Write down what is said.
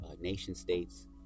nation-states